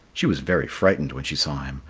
she was very frightened when she saw him,